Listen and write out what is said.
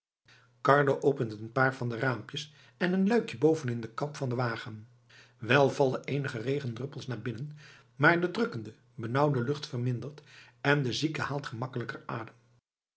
carlo opent een paar van de raampjes en een luikje boven in de kap van den wagen wel vallen eenige regendruppels naar binnen maar de drukkende benauwde lucht vermindert en de zieke haalt gemakkelijker adem